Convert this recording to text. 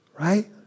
right